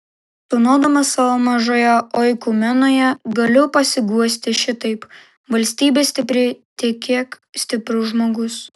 tūnodamas savo mažoje oikumenoje galiu pasiguosti šitaip valstybė stipri tiek kiek stiprus žmogus